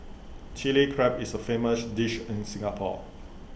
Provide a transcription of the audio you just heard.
Chilli Crab is A famous dish in Singapore